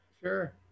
Sure